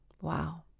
Wow